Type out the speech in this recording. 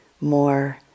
more